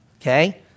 okay